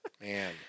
Man